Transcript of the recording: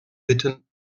bitten